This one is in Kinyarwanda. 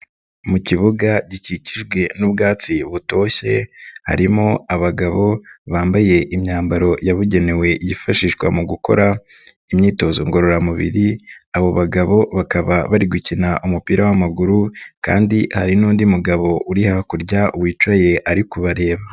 Mu kibuga gikikijwe n'ubwatsi butoshye, harimo abagabo bambaye imyambaro yabugenewe yifashishwa mu gukora imyitozo ngororamubiri, abo bagabo bakaba bari gukina umupira w'amaguru kandi hari n'undi mugabo uri hakurya wicaye ari kubareba,